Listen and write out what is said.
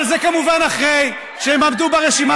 אבל זה כמובן אחרי שהם עמדו ברשימה